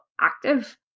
active